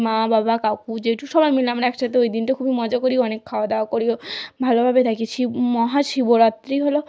মা বাবা কাকু জেঠু সবাই মিলে আমরা একসাতে ওই দিনটা খুবই মজা করি অনেক খাওয়া দাওয়া করি ও ভালোভাবে থাকি শিব মহাশিবরাত্রি হলো